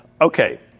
Okay